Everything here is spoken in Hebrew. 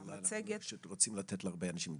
אבל אנחנו רוצים לתת להרבה אנשים לדבר.